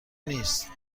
نیست